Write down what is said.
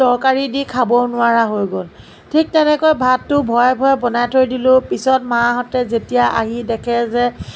তৰকাৰী দি খাব নোৱাৰা হৈ গ'ল ঠিক তেনেকৈ ভাতটো ভৰাই ভৰাই বনাই থৈ দিলোঁ পিছত মাহঁতে যেতিয়া আহি দেখে যে